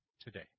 today